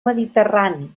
mediterrani